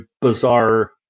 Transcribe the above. bizarre